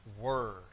Word